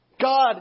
God